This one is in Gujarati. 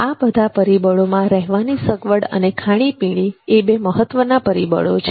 આ બધા પરિબળોમાં રહેવાની સગવડ અને ખાણીપીણી એ બે મહત્વનાં પરિબળો છે